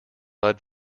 mud